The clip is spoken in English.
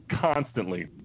constantly